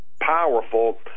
powerful